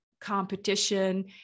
competition